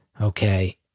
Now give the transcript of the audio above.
Okay